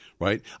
Right